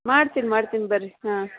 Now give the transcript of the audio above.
ಮಾಡ್ತೀನಿ ಮಾಡ್ತೀನಿ ಬನ್ರಿ ಹಾಂ